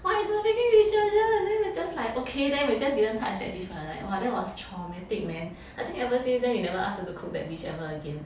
!wah! it's the freaking detergent then we were just like okay then we just didn't touch that dish for the night !wah! that was traumatic man I think ever since then we never ask her to cook that dish ever again